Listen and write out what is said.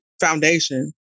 foundation